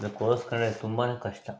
ಅದಕ್ಕೋಸ್ಕರ ತುಂಬನೇ ಕಷ್ಟ